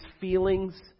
feelings